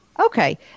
Okay